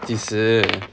几时